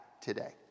today